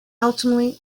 ultimately